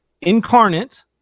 incarnate